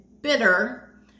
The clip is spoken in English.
bitter